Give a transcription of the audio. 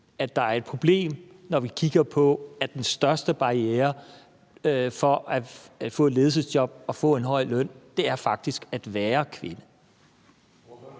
at der er et problem, når vi kigger på, at den største barriere for at få et ledelsesjob og få en høj løn faktisk er at være kvinde.